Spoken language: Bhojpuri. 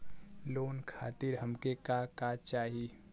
लोन खातीर हमके का का चाही?